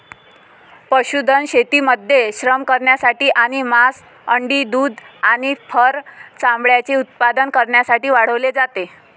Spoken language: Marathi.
पशुधन शेतीमध्ये श्रम करण्यासाठी आणि मांस, अंडी, दूध आणि फर चामड्याचे उत्पादन करण्यासाठी वाढवले जाते